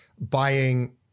buying